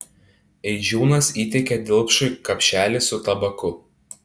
eidžiūnas įteikė dilpšui kapšelį su tabaku